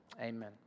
Amen